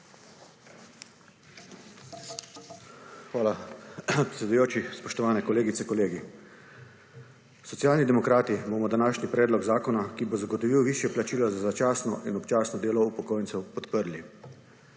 Hvala predsedujoči. Spoštovane kolegice, kolegi! Socialni demokrati bomo današnji predlog zakona, ki bo zagotovil višje plačilo za začasno in občasno delo upokojencev, podprli.